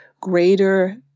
greater